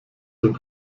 denn